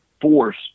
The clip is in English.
force